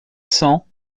cents